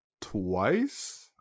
twice